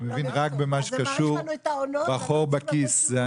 אני מבין רק במה שקשור בחור בכיס.